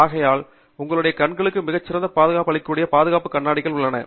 ஆகையால் உங்களுடைய கண்களுக்கு மிகச் சிறந்த பாதுகாப்பு அளிக்கக்கூடிய பாதுகாப்பு கண்ணாடிகள் உள்ளன